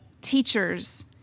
teachers